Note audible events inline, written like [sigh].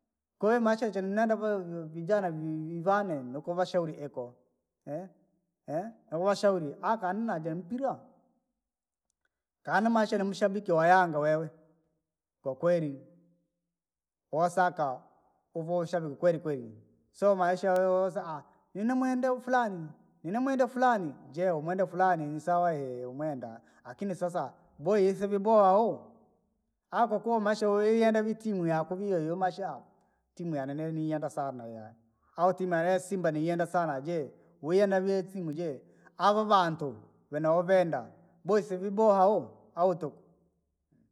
Kwahiyo mache chenenda kwahiyo vo- vijana vii vane nikuvashauri ikoo. [hesitation] na uwashauri aka anuna jee mpira, kaani maisha ni mashabiki wa yanga wewe, kwa kweri, woosaka, uvee ushabiki kweli kweri. Sooma maisha wewe woosakaa, niiriamwenda ufulani je umwenda fulani ni sawa hii wamwenda, akini sasa, booya wise vya boowa wuu, au kwakuwa umaisha wivenda vii timu yako viyohiyo vimaisha, timu yani niienda saana yaani. au timu yaani samba niiyenda sana jee? Ava vantu venee uvande, boya vise vya boowa wuu au tukuu.